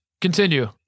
Continue